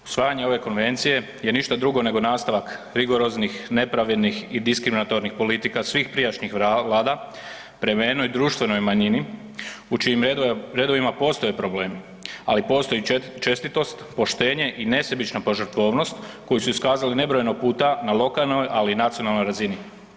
Usvajanje ove konvencije je ništa drugo nego nastavak rigoroznih, nepravednih i diskriminatornih politika svih prijašnjih vlada prema jednoj društvenoj manjini u čijim redovima postoji problem, ali postoji i čestitost, poštenje i nesebična požrtvovanost koju su iskazali nebrojeno puta na lokalnoj, ali i na nacionalnoj razini.